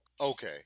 Okay